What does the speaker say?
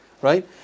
Right